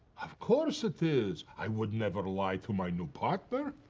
of course it is. i would never lie to my new partner.